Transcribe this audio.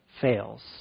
fails